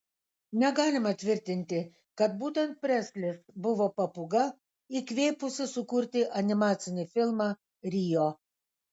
negalima tvirtinti kad būtent preslis buvo papūga įkvėpusi sukurti animacinį filmą rio